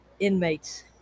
inmates